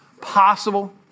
Possible